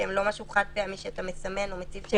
שהם לא משהו חד פעמי שאתה מסמן או מציב שלט.